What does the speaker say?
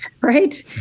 right